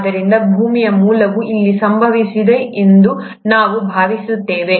ಆದ್ದರಿಂದ ಭೂಮಿಯ ಮೂಲವು ಇಲ್ಲಿ ಸಂಭವಿಸಿದೆ ಎಂದು ನಾವು ಭಾವಿಸುತ್ತೇವೆ